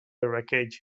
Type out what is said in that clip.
wreckage